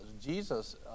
Jesus